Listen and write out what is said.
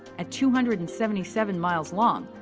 at two hundred and seventy seven miles long,